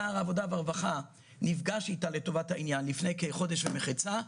שר הרווחה נפגש אתה לטובת העניין לפני כחודש וחצי,